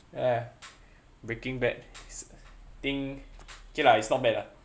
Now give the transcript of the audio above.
ya breaking bad think okay lah is not bad lah